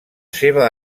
seva